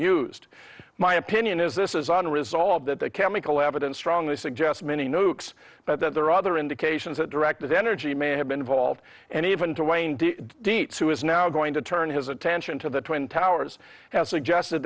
used my opinion is this is unresolved that the chemical evidence strongly suggest many nukes but that there are other indications that directed energy may have been involved and even to wayne dietz who is now going to turn his attention to the twin towers has suggested